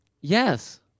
yes